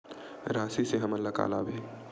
राशि से हमन ला का लाभ हे?